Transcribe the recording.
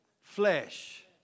flesh